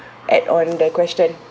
add on the question